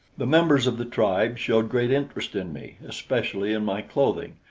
the members of the tribe showed great interest in me, especially in my clothing,